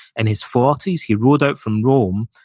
and his forty s, he rode out from rome,